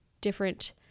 different